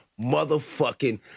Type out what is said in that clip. motherfucking